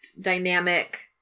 dynamic